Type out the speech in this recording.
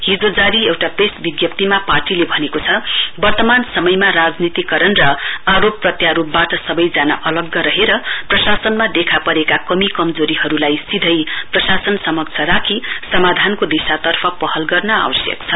हिजो जारी एउटा प्रेस विज्ञप्तीमा पार्टीले भनेको छ वर्तमान समयमा राजनीतिकरण र आरोप प्रत्यारोपबाट सबैजना अलग्ग रहेर प्रशासनमा देखा परेको कमी कमजोरीहरुलाई सीधै प्रशासन समक्ष राखी समाधानको दिशातर्फ पहल गर्नु आवश्यक छ